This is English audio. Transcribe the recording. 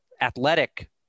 athletic